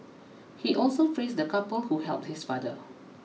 he also praised the couple who helped his father